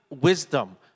wisdom